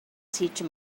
teach